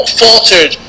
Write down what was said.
faltered